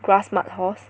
grass mud horse